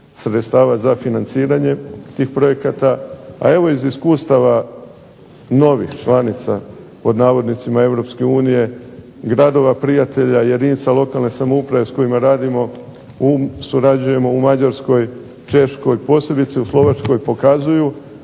sredstava za financiranje tih projekata, a evo iz iskustava novih članica pod navodnicima Europske unije gradova prijatelja, jedinica lokalne samouprave s kojima radimo, surađujemo u Mađarskoj, Češkoj, posebice u Slovačkoj pokazuju